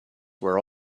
were